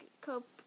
cope